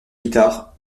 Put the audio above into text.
guitare